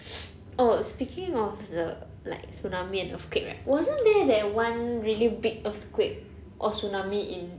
oh speaking of the like tsunami and earthquake right wasn't there that one really big earthquake or tsunami in